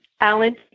Alan